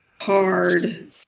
hard